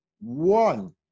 One